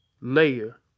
layer